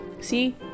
See